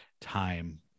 time